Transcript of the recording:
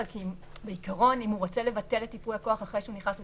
אבל בעיקרון אם הוא רוצה לבטל את ייפוי הכוח אחרי שהוא נכנס לתוקף,